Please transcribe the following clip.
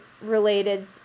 related